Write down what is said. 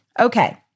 Okay